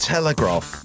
Telegraph